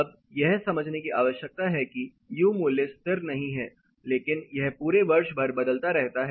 तब यह समझने की आवश्यकता है कि U मूल्य स्थिर नहीं है लेकिन यह पूरे वर्ष भर बदलता रहता है